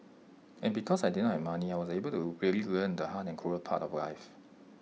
and because I did not have money I was able to really learn the hard and cruel part of life